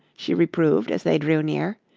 she reproved as they drew near.